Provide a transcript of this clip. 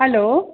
hello